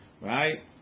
Right